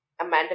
Amanda